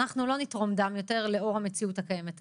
אנחנו לא נתרום יותר דם לאור המציאות הקיימת היום.